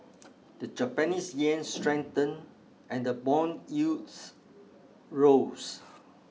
the Japanese Yen strengthened and the bond yields rose